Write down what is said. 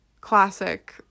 classic